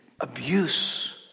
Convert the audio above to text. abuse